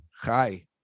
Hi